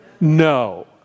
No